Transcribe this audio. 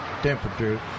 temperatures